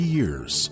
years